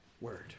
word